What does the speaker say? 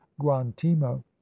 guantimo